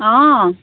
অঁ